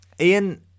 Ian